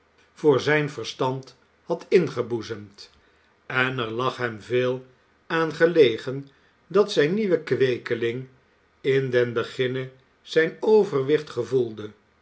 voor zijn verstand had ingeboezemd en er lag hem veel aan gelegen dat zijn nieuwe kweeke ing in den beginne zijn overwicht gevoelde